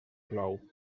plou